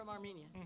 armenia.